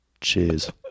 cheers